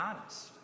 honest